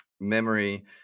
memory